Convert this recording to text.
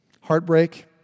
Heartbreak